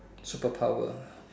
super power